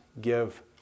give